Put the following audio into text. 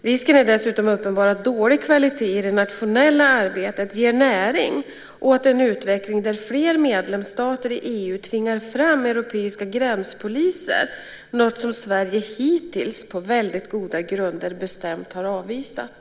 Risken är dessutom uppenbar att dålig kvalitet i det nationella arbetet ger näring åt en utveckling där fler medlemsstater i EU tvingar fram europeiska gränspoliser, något som Sverige hittills på väldigt goda grunder bestämt har avvisat.